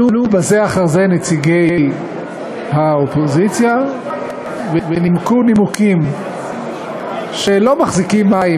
עלו בזה אחר זה נציגי האופוזיציה ונימקו נימוקים שלא מחזיקים מים,